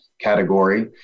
category